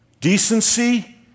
decency